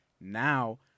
Now